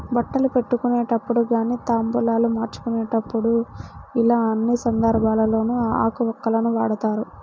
బట్టలు పెట్టుకునేటప్పుడు గానీ తాంబూలాలు మార్చుకునేప్పుడు యిలా అన్ని సందర్భాల్లోనూ ఆకు వక్కలను వాడతారు